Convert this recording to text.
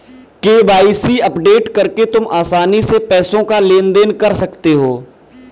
KYC update करके तुम आसानी से पैसों का लेन देन कर सकते हो